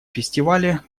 фестивале